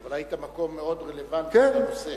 אבל היית במקום מאוד רלוונטי לנושא.